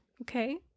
Okay